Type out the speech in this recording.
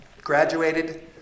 Graduated